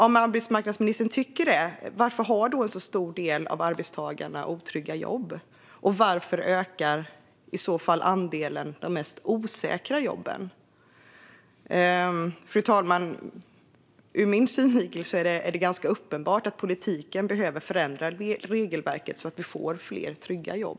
Om arbetsmarknadsministern tycker det, varför har då en så stor del av arbetstagarna otrygga jobb? Och varför ökar i så fall andelen med de mest osäkra jobben? Fru talman! Ur min synvinkel är det ganska uppenbart att politiken behöver ändra regelverket så att vi får fler trygga jobb.